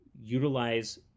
utilize